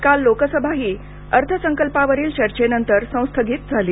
काल लोकसभाही अर्थसंकल्पावरील चर्चेनंतर संस्थगित झाली